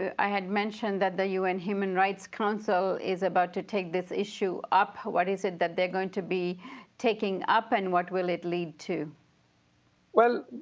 i had mentioned that the un human rights council is about to take this issue up. what is it that they're going to be taking up, and what will it lead to? prashad well,